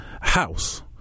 house